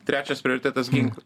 trečias prioritetas ginklai